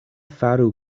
faru